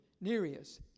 Nereus